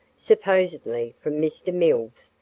supposedly from mr. mills,